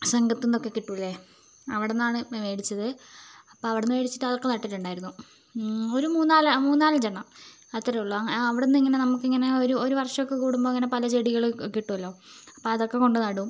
സംഘത്തിൽ നിന്ന് ഒക്കെ കിട്ടുകയില്ലെ അവിടുന്നാണ് ഞാൻ മേടിച്ചത് അപ്പം അവിടുന്ന് മേടിച്ചിട്ട് അതൊക്കെ നട്ടിട്ടുണ്ടായിരുന്നു ഒരു മൂന്ന് നാല് മൂന്നാലഞ്ചെണ്ണം അത്രേയുള്ളു അവിടുന്നിങ്ങനെ നമുക്കിങ്ങനെ ഒരു ഒരു വർഷം കൂടുമ്പോൾ ഇങ്ങനെ പല ചെടികളൊക്കെ കിട്ടുമല്ലൊ അപ്പോൾ അതൊക്കെ കൊണ്ട് നടും